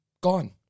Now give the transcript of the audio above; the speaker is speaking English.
gone